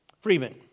Freeman